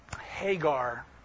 Hagar